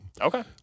Okay